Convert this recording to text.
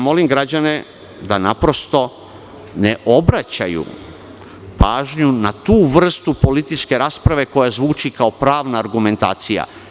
Molim građane da ne obraćaju pažnju na tu vrstu političke rasprave koja zvuči kao pravna argumentacija.